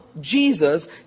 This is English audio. Jesus